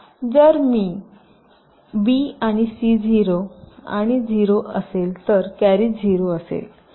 जर बी आणि सी 0 आणि 0 असेल तर कॅरी 0 असेल